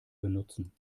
benutzen